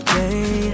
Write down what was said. day